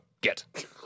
Get